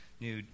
new